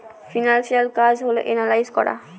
financial কাজ হল analyse করা